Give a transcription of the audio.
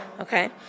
okay